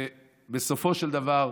ובסופו של דבר,